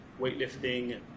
weightlifting